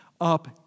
up